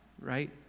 right